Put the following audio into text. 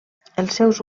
seus